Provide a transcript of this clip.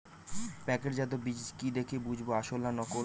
প্যাকেটজাত বীজ কি দেখে বুঝব আসল না নকল?